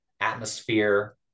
atmosphere